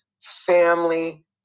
family